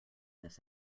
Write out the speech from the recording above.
this